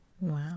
Wow